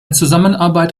zusammenarbeit